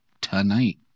tonight